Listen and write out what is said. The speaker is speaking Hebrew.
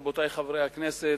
רבותי חברי הכנסת,